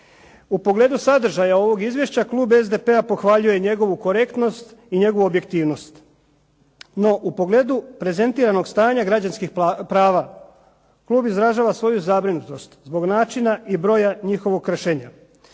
U pogledu sadržaja ovog izvješća, klub SDP-a pohvaljuje njegovu korektnost i njegovu objektivnost, no u pogledu prezentiranog stanja građanskih prava klub izražava svoju zabrinutost zbog načina i broja njihovog kršenja,